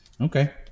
Okay